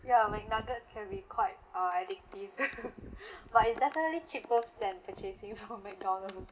ya mcnugget can be quite uh addictive but is definitely cheaper than purchasing from mcdonald's